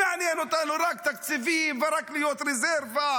מעניין אותנו רק תקציבים ורק להיות רזרבה,